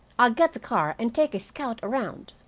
i'll get the car and take a scout around.